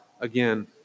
again